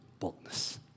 boldness